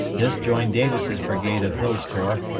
this joined davis' brigade of hill's corps,